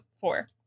four